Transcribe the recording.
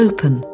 Open